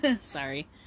Sorry